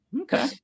Okay